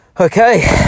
Okay